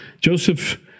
Joseph